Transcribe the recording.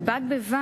אבל בד בבד,